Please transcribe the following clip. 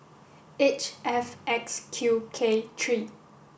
H F X Q K three